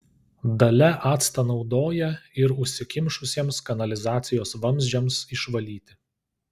dalia actą naudoja ir užsikimšusiems kanalizacijos vamzdžiams išvalyti